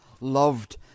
loved